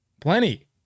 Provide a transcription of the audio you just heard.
Plenty